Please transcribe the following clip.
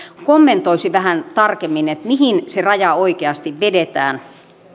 kommentoisi vähän tarkemmin mihin se raja oikeasti vedetään